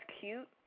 cute